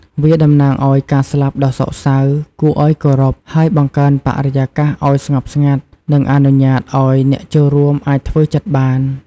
វាតំណាងឲ្យការស្លាប់ដ៏សោកសៅ គួរឲ្យគោរព ហើយបង្កើនបរិយាកាសឲ្យស្ងប់ស្ងាត់ និងអនុញ្ញាតឲ្យអ្នកចូលរួមអាចធ្វើចិត្តបាន។